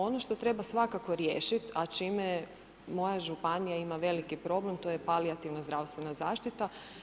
Ono što treba svakako riješit, a čime moja županija ima veliki problem, to je palijativna zdravstvena zaštita.